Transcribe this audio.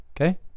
okay